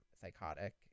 psychotic